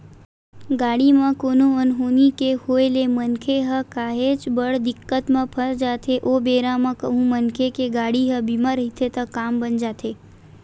गाड़ी म कोनो अनहोनी के होय ले मनखे ह काहेच बड़ दिक्कत म फस जाथे ओ बेरा म कहूँ मनखे के गाड़ी ह बीमा रहिथे त काम बन जाथे